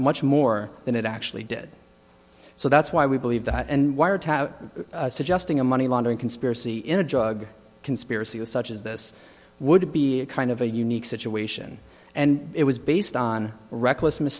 much more than it actually did so that's why we believe that and wiretap suggesting a money laundering conspiracy in a drug conspiracy that such as this would be a kind of a unique situation and it was based on reckless